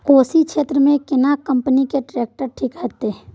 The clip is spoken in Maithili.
कोशी क्षेत्र मे केना कंपनी के ट्रैक्टर ठीक रहत?